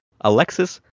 Alexis